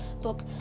book